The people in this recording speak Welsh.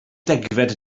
degfed